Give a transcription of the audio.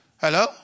Hello